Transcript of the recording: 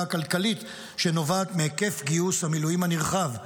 הכלכלית שנובעת מהיקף גיוס המילואים הנרחב.